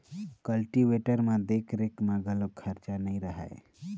cultivator म देख रेख म घलोक खरचा नइ रहय